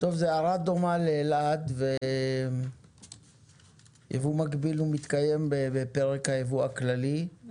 זה הערה דומה לאלעד ויבוא מקביל הוא מתקיים בפרק היבוא הכללי אני